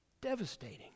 Devastating